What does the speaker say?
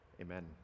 Amen